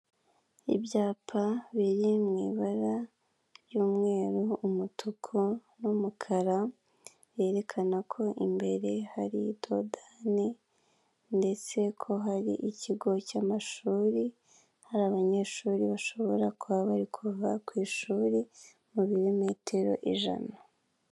Ibyapa biri mu ibara ry'umweru umutuku n'umukara ryerekana ko imbere hari dodani ndetse ko hari ikigo cy'amashuri hari abanyeshuri bashobora kuba bari kuva ku ishuri mu birometero ijana.